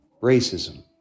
racism